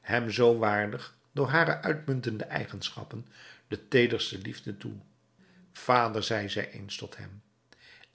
hem zoo waardig door hare uitmuntende eigenschappen de teederste liefde toe vader zeide zij eens tot hem